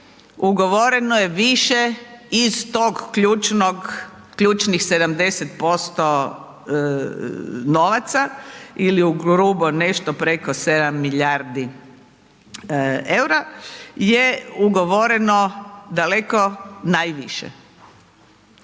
ugovoreno je više iz tog ključnih 70% novaca ili ugrubo nešto preko 7 milijardi eura je ugovoreno daleko najviše.